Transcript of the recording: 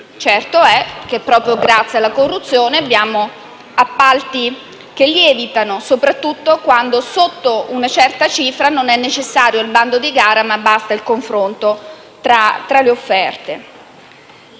Certo è che, proprio grazie alla corruzione, abbiamo appalti che lievitano, soprattutto quando, sotto una certa cifra, non è necessario il bando di gara, ma basta il confronto tra le offerte.